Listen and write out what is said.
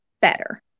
better